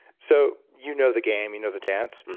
so, you know the game, you know the dance.